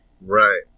Right